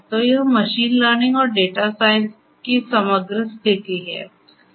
तो यह machine learning और डेटा साइंस की समग्र स्थिति है